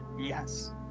Yes